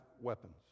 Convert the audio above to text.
weapons